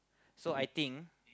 so I think